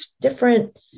different